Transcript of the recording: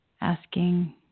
asking